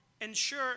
ensure